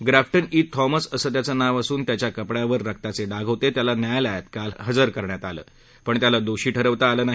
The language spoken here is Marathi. ग्राफ्टन ई थॉमस असं त्याचं नाव असून त्याच्या कपड्यावर रकाचखिग होताउयाला न्यायालयात काल हजर करण्यात आलं पण त्याला दोषी ठरवता आलं नाही